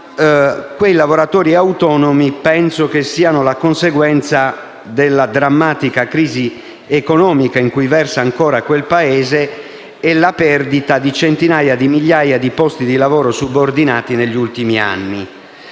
alla nostra, ma ritengo che ciò sia la conseguenza della drammatica crisi economica in cui ancora versa quel Paese e della perdita di centinaia di migliaia di posti di lavoro subordinato negli ultimi anni.